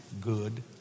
good